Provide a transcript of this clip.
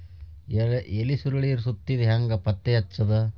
ಎಲಿ ಸುರಳಿ ಸುತ್ತಿದ್ ಹೆಂಗ್ ಪತ್ತೆ ಹಚ್ಚದ?